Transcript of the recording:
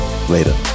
Later